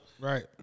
Right